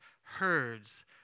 herds